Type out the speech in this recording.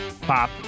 Pop